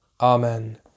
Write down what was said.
Amen